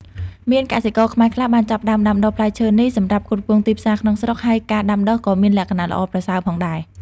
មានកសិករខ្មែរខ្លះបានចាប់ផ្តើមដាំដុះផ្លែឈើនេះសម្រាប់ផ្គត់ផ្គង់ទីផ្សារក្នុងស្រុក ហើយការដាំដុះក៏មានលក្ខណៈល្អប្រសើរផងដែរ។